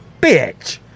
bitch